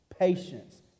Patience